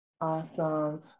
Awesome